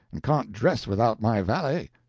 and can't dress without my valet.